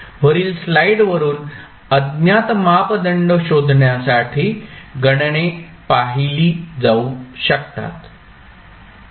वरील स्लाइड वरून अज्ञात मापदंड शोधण्यासाठी गणने पाहिली जाऊ शकतात